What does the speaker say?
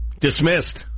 Dismissed